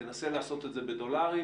תנסה לעשות את זה בדולרים,